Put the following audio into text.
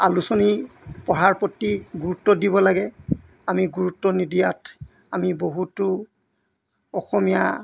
আলোচনী পঢ়াৰ প্ৰতি গুৰুত্ব দিব লাগে আমি গুৰুত্ব নিদিয়াত আমি বহুতো অসমীয়া